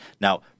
Now